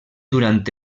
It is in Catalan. durant